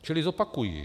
Čili zopakuji.